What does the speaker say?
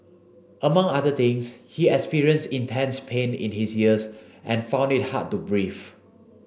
among other things he experienced intense pain in his ears and found it hard to breathe